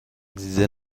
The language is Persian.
دیده